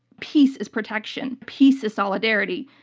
peace is protection, peace is solidarity,